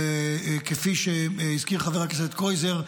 כפי שהזכיר חבר הכנסת קרויזר,